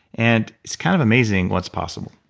and it's kind of amazing what's possible